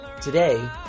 Today